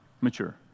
mature